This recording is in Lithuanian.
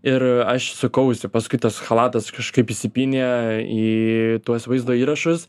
ir aš sukausi paskui tas chalatas kažkaip įsipynė į tuos vaizdo įrašus